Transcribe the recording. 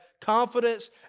confidence